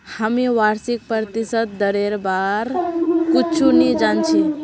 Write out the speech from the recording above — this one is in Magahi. हामी वार्षिक प्रतिशत दरेर बार कुछु नी जान छि